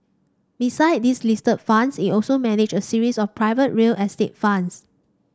besides these listed funds it also manages a series of private real estate funds